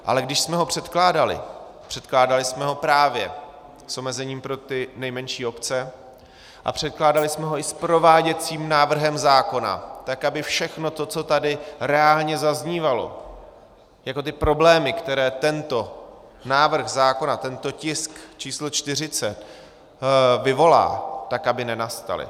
Ale když jsme ho předkládali, předkládali jsme ho právě s omezením pro nejmenší obce a předkládali jsme ho i s prováděcím návrhem zákona, tak aby všechno to, co tady reálně zaznívalo jako problémy, které tento návrh zákona, tento tisk číslo 40, vyvolá, tak aby nenastaly.